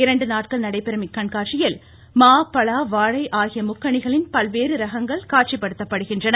இரண்டு நாட்கள் நடைபெறும் இக்கண்காட்சியில் மா பலா வாழை ஆகிய முக்கனிகளின் பல்வேறு ரகங்கள் காட்சிப்படுத்தப்படுகின்றன